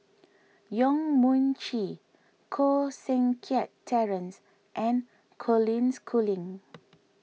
Yong Mun Chee Koh Seng Kiat Terence and Colin Schooling